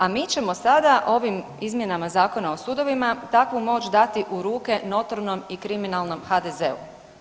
A mi ćemo sada ovim izmjenama Zakona o sudovima takvu moć dati u ruke notornom i kriminalnom HDZ-u.